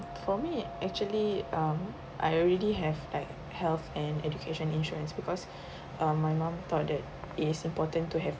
for me actually um I already have like health and education insurance because um my mum thought that it is important to have